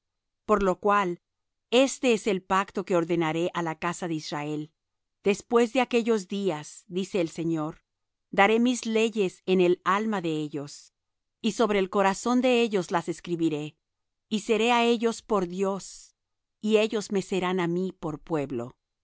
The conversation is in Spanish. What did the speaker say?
por lo cual este es el pacto que ordenaré á la casa de israel después de aquellos días dice el señor daré mis leyes en el alma de ellos y sobre el corazón de ellos las escribiré y seré á ellos por dios y ellos me serán á mí por pueblo